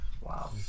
wow